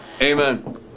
Amen